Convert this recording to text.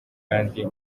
kandi